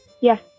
Yes